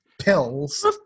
pills